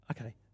okay